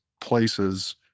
places